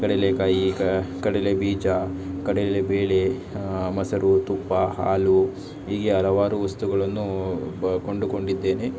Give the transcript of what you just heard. ಕಡಲೆ ಕಾಯಿ ಕಡಲೆ ಬೀಜ ಕಡಲೆ ಬೇಳೆ ಮೊಸರು ತುಪ್ಪ ಹಾಲು ಹೀಗೆ ಹಲವಾರು ವಸ್ತುಗಳನ್ನು ಬ ಕೊಂಡುಕೊಂಡಿದ್ದೇನೆ